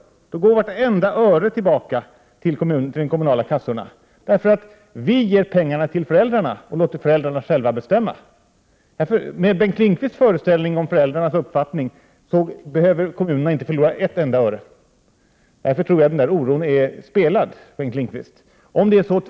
Då går vartenda öre tillbaka till de kommunala kassorna, därför att vi ger pengarna till föräldrarna och låter föräldrarna själva bestämma. Med Bengt Lindqvists föreställning om föräldrarnas uppfattning behöver kommunerna inte förlora ett enda öre. Därför tror jag, Bengt Lindqvist, att den där oron är spelad.